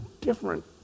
different